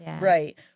Right